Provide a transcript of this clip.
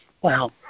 Wow